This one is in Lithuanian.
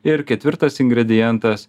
ir ketvirtas ingredientas